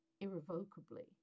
irrevocably